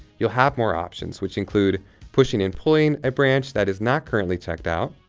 you'll have more options which include pushing and pulling a branch that is not currently checked out,